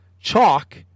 CHALK